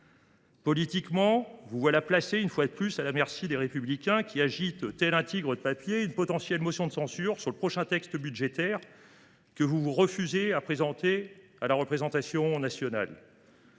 Gouvernement se voit placé, une fois de plus, à la merci des Républicains, qui agitent, tel un tigre de papier, le spectre d’une potentielle motion de censure sur le prochain texte budgétaire, que vous vous refusez à soumettre à la représentation nationale.